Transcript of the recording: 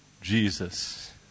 Jesus